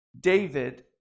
David